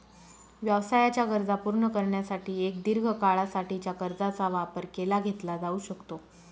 व्यवसायाच्या गरजा पूर्ण करण्यासाठी एक दीर्घ काळा साठीच्या कर्जाचा वापर केला घेतला जाऊ शकतो